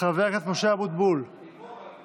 חבר הכנסת משה אבוטבול, אני פה אבל מוותר.